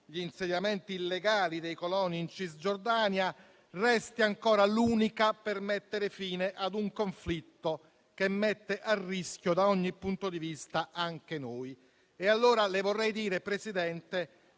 gli insediamenti illegali dei coloni in Cisgiordania - resti ancora l'unica per mettere fine ad un conflitto che mette a rischio da ogni punto di vista anche noi. Le vorrei dire, Presidente,